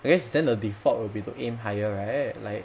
I guess then the default will be to aim higher right like